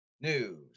news